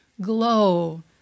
glow